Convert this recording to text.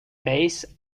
base